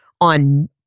on